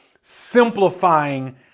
simplifying